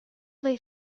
they